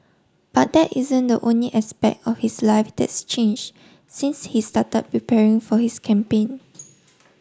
but that isn't the only aspect of his life that's change since he started preparing for his campaign